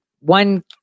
One